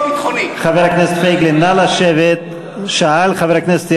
מתירים לראש הממשלה לאפשר לחבר כנסת לעלות